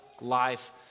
life